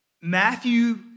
Matthew